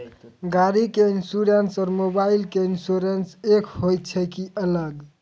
गाड़ी के इंश्योरेंस और मोबाइल के इंश्योरेंस एक होय छै कि अलग?